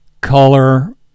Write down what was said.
Color